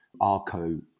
Arco